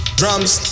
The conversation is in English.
drums